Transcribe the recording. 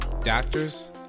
Doctors